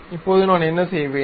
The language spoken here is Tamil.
இப்போது நான் என்ன செய்வேன்